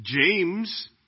James